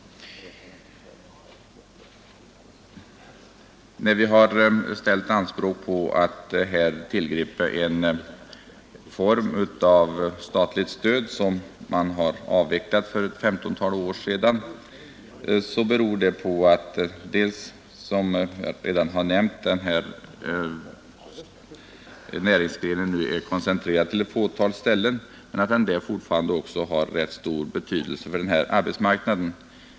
När vi har ställt anspråk på att här skall tillgripas en form av statligt stöd som man har avvecklat för ett 15-tal år sedan beror det på, som jag redan har nämnt, att näringsgrenen nu är koncentrerad till ett fåtal ställen men också på att den där har rätt stor betydelse för arbetsmarknaden.